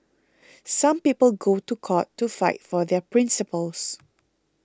some people go to court to fight for their principles